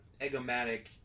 Egomatic